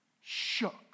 shook